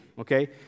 okay